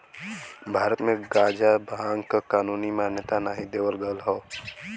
भारत में गांजा भांग क कानूनी मान्यता नाही देवल गयल हौ